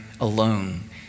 alone